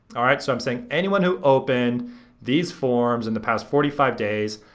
alright, so i'm saying anyone who opened these forms in the past forty five days,